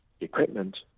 equipment